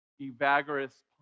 Evagoras